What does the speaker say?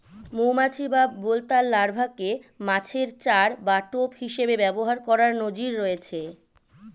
মৌমাছি বা বোলতার লার্ভাকে মাছের চার বা টোপ হিসেবে ব্যবহার করার নজির রয়েছে